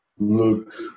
look